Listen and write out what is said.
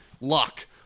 luck